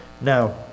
Now